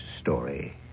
story